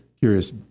curious